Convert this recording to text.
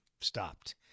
stopped